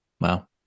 Wow